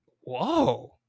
Whoa